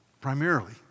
primarily